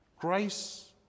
Grace